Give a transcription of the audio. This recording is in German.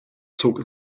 zog